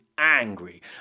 angry